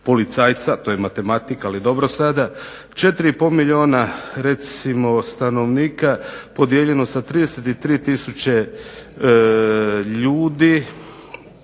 policajca, to je matematika, ali dobro sada. 4,5 milijuna recimo stanovnika podijeljeno sa 33000 ljudi